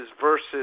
versus